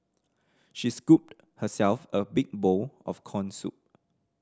she scooped herself a big bowl of corn soup